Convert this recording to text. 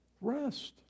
Rest